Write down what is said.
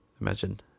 imagine